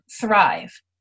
thrive